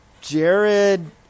Jared